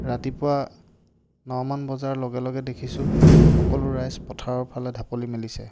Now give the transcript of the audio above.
ৰাতিপুৱা ন মান বজাৰ লগে লগে দেখিছোঁ সকলো ৰাইজ পথাৰৰ ফালে ঢাপলি মেলিছে